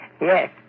Yes